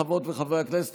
חברות וחברי הכנסת,